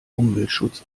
umweltschutz